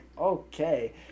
okay